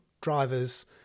drivers